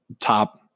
top